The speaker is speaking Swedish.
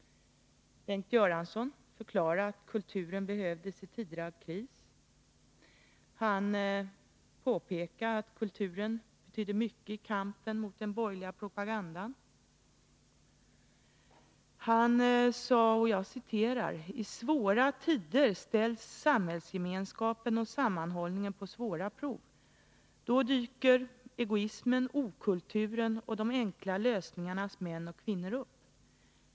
Bengt Göransson förklarade att kulturen behövs i tider av kris. Han påpekade att kulturen betyder mycket i kampen mot den borgerliga propagandan. Han sade: ”I svåra tider ställs samhällsgemenskapen och sammanhållningen på svåra prov. Då dyker egoismen, okulturen och de enkla lösningarnas män och kvinnor upp.